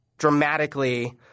dramatically